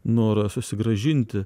norą susigrąžinti